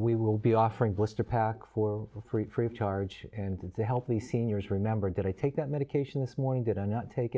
we will be offering blister pack for free free of charge and it's a healthy seniors remember did i take that medication this morning did i not take